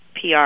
PR